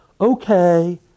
okay